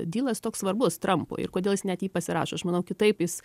dylas toks svarbus trampui ir kodėl jis net jį pasirašo aš manau kitaip jis